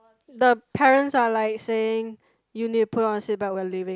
the parents are like saying you need to put on a seat belt we're leaving